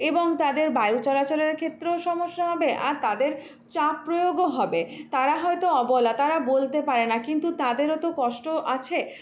এবং তাদের বায়ু চলাচলের ক্ষেত্রেও সমস্যা হবে আর তাদের চাপ প্রয়োগও হবে তারা হয়তো অবলা তারা বলতে পারে না কিন্তু তাদেরও তো কষ্ট আছে